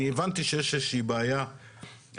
אני הבנתי שיש איזו שהיא בעיה תרבותית